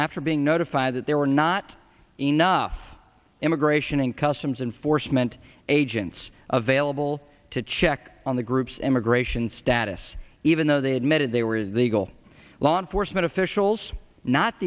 after being notified that there were not enough immigration and customs enforcement agents available to check on the group's immigration status even though they admitted they were the gl law enforcement officials not